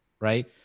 right